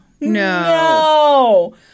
No